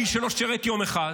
האיש שלא שירת יום אחד,